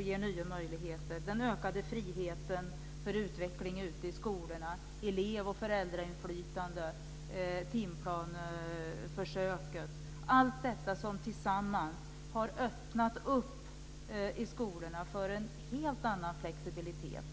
ger nya möjligheter, den ökade friheten för utveckling ute i skolorna, elev och föräldrainflytande och timplaneförsöket. Alla de här sakerna har tillsammans i skolorna öppnat för en helt annan flexibilitet.